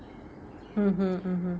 mmhmm mmhmm